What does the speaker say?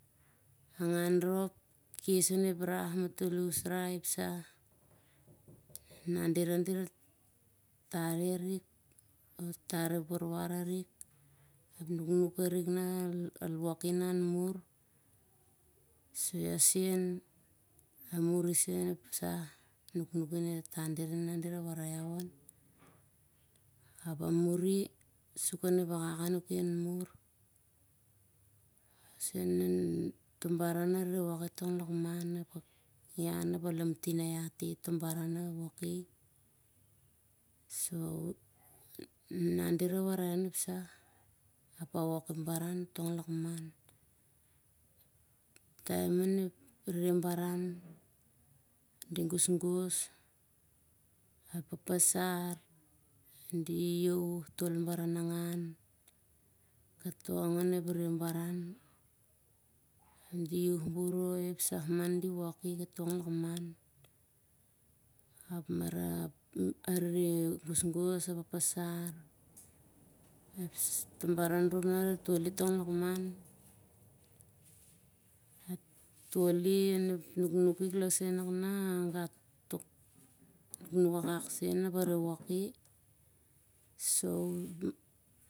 Angan rop kes on ep rah matol usrai ep sah. nana dirau dira re tar ep warwar arik, ap ep nuknuk arik nah al woki nah an mur. sur iau sen al muri sen ep sah ep nuknuk ane tata dirau e nana dira re warai iau on ap a muri. sur kon ep wakwak anuk na anmur, isen toh baran nah a wok i ap a lamtin ot on. na e nana dira warai iau on ep sah. ap a wok ep baran tong lakman. taem on ep rere baran di gosgos, oi papasar di iaiauh tol baranangan katong on ep rere baran. di iauh boroi mah ep sah mah nah di woki katong lakman. ap a rere gosgos a papasar, toh baran rop na are tol i tong lakman. atoll i on ep nuknuk lar sen nah gat ep nuknuk akak ap are tol i.